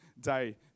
day